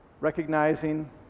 Recognizing